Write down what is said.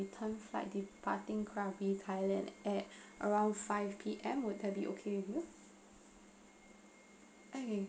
return flight departing krabi thailand at around five P_M would there be okay okay